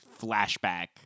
flashback